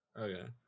Okay